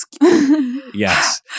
Yes